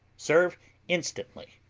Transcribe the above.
serve instantly.